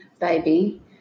baby